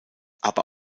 aber